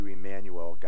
Emmanuel